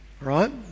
right